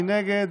מי נגד?